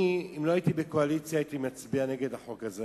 אם לא הייתי בקואליציה הייתי מצביע נגד החוק הזה,